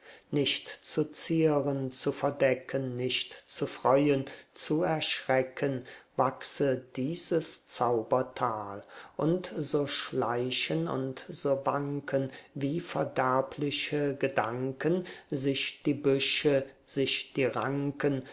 nicht zu zieren zu verdecken nicht zu freuen zu erschrecken wachse dieses zaubertal und so schleichen und so wanken wie verderbliche gedanken sich die büsche sich die ranken